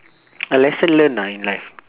a lesson learnt lah in life